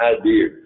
idea